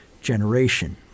generation